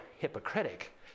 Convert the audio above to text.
hypocritic